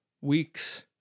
weeks